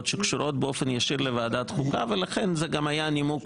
שקשורות באופן ישיר לוועדת חוקה ולכן זה גם היה נימוק.